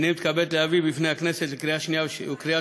הנני מתכבד להביא בפני הכנסת לקריאה שנייה ולקריאה